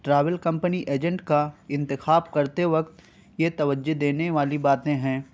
travel company agent کا انتخاب کرتے وقت یہ توجہ دینے والی باتیں ہیں